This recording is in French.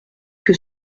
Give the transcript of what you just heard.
que